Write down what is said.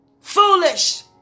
foolish